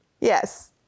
yes